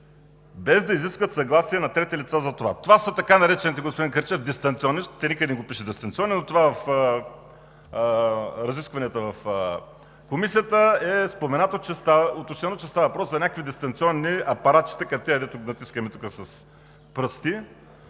без да изискват съгласие на трети лица за това. Това са така наречените, господин Кърчев, „дистанционни“ – никъде не ги пише, че са дистанционни, но това в разискванията в Комисията е споменато и уточнено, че става въпрос за някакви дистанционни апаратчета, като тези, които натискаме тук с пръсти